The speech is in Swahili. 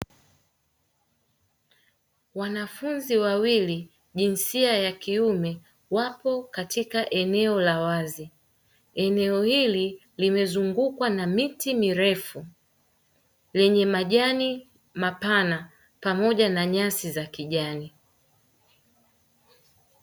Wanafunzi wawili jinsia ya kiume wapo katika eneo la wazi. Eneo hili limezungukwa na miti mirefu lenye majani mapana pamoja na nyasi za kijani.